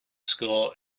school